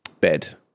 bed